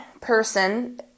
person